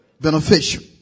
Beneficial